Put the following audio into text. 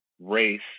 race